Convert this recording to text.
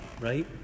right